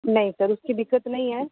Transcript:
नहीं सर उसकी दिक्कत नहीं है